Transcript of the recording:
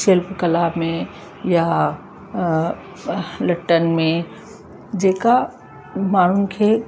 शिल्प कला में या लटनि में जेका माण्हुनि खे